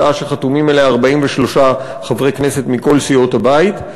הצעה שחתומים עליה 43 חברי כנסת מכל סיעות הבית.